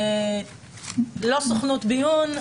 לא סוכנות ביון,